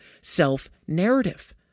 self-narrative